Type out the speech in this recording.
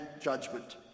judgment